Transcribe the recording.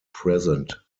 present